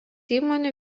įmonių